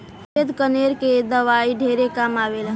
सफ़ेद कनेर के दवाई ढेरे काम आवेल